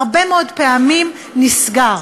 הרבה מאוד פעמים, נסגר.